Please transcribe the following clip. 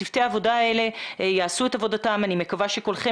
צוותי העבודה האלה יעשו את עבודתם ואני מקווה שקולכם